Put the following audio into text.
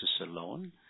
alone